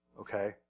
Okay